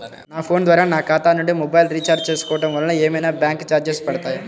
నా ఫోన్ ద్వారా నా ఖాతా నుండి మొబైల్ రీఛార్జ్ చేసుకోవటం వలన ఏమైనా బ్యాంకు చార్జెస్ పడతాయా?